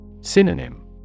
Synonym